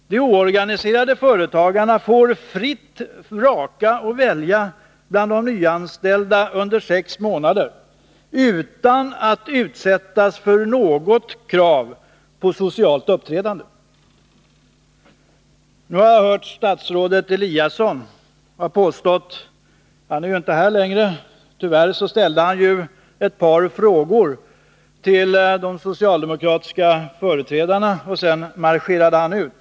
De oorganiserade Onsdagen den företagarna får under sex månader fritt välja och vraka bland de nyanställda 24 februari 1982 utan att utsättas för något krav på socialt uppträdande! Statsrådet Eliasson är inte längre här. Han ställde ett par frågor till de socialdemokratiska företrädarna, och sedan marscherade han ut.